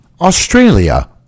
Australia